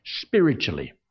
Spiritually